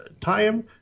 time